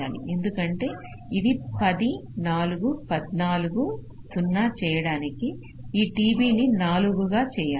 ఎందుకంటే ఇది 10 4 14 0 చేయడానికి ఈ TB ని 4 గా చేయాలి